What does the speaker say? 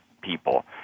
people